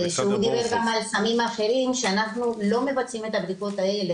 שדיבר גם על סמים אחרים שאנחנו לא מבצעים את הבדיקות האלה,